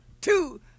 two